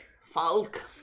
Falk